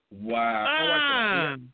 Wow